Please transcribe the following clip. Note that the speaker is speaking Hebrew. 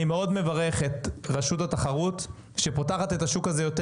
אני מאוד מברך את רשות התחרות שפותחת את השוק הזה יותר.